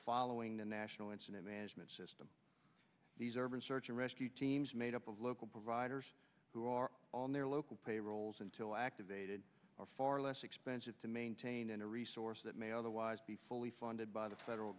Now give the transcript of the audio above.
following the national incident management system these urban search and rescue teams made up of local providers who are on their local payrolls until activated are far less expensive to maintain and a resource that may otherwise be fully funded by the federal